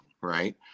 right